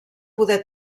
poder